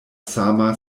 sama